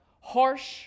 harsh